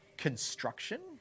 Construction